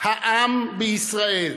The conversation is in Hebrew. העם בישראל,